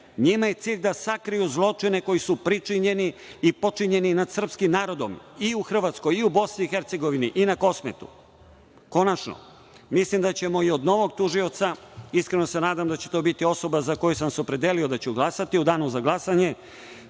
njima je cilj da sakriju zločine koji su pričinjeni i počinjeni nad srpskim narodom i u Hrvatskoj i u Bosni i Hercegovini i na Kosmetu. Konačno, mislim da ćemo i od novog tužioca, iskreno se nadam da će to biti osoba za koju sam se opredelio da ću glasati u danu za glasanje,